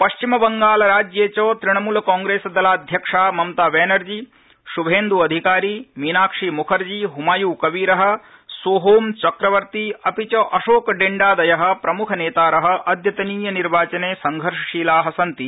पश्चिमबंगालराज्ये च तृणमूल कांप्रेस दलाध्यक्षा ममताबैनर्जी श्भेन्द अधिकारी मीनाक्षीमुखर्जी हुमायुकबीर सोहोमचक्रवर्ती अपि च अशोकडिंडादय प्रमुखनेतार अद्यतनीय निर्वाचने संघर्षशीला सन्ति